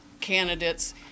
candidates